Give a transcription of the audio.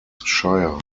shire